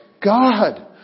God